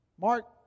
Mark